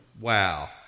Wow